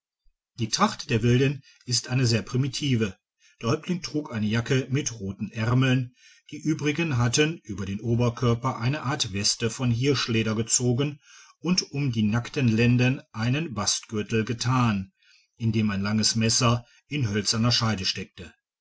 die tracht der wilden ist eine sehr primitive der häuptling trug eine jacke mit roten aermeln die übrigen hatten über den oberkörper eine art weste von hirschleder gezogen und um die nackten lenden einen bastgürtel getan in dem ein langes messer in hölzerner scheide steckte